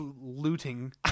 looting